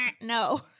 no